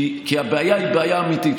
כי הבעיה היא בעיה אמיתית.